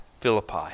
Philippi